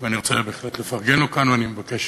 ואני בהחלט רוצה לפרגן לו כאן, ואני מבקש